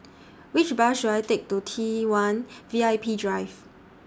Which Bus should I Take to T one V I P Drive